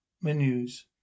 menus